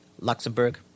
Luxembourg